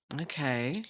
Okay